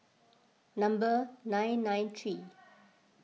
number nine nine three